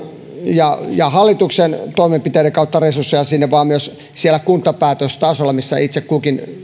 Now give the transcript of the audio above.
ja ja hallituksen toimenpiteiden kautta vaan myös siellä kuntapäätöstasolla missä itse kukin